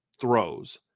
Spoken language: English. throws